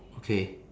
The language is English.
okay